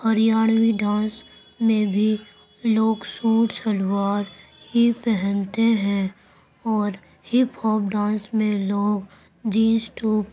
Haryanvi dance میں بھی لوگ سوٹ شلوار ہی پہنتے ہیں اور ہپ ہوپ ڈانس میں لوگ جینس ٹاپ